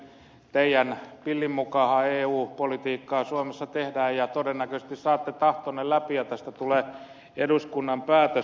teidän pillin mukaanhan eu politiikkaa suomessa tehdään ja todennäköisesti saatte tahtonne läpi ja tästä tulee eduskunnan päätös